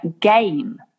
game